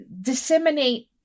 disseminate